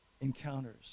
encounters